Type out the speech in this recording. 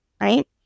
right